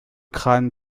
crâne